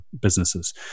businesses